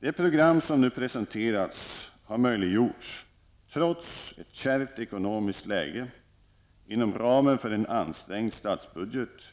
Det program som nu presenterats har möjliggjorts trots ett kärvt ekonomiskt läge. Inom ramen för en ansträngd statsbudget